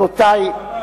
למה,